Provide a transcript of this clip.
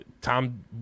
Tom